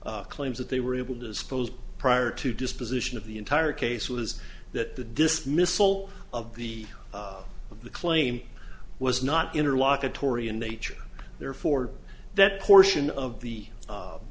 the claims that they were able to dispose prior to disposition of the entire case was that the dismissal of the of the claim was not interlock atory in nature therefore that portion of the sum